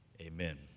Amen